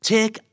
Take